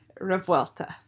Revuelta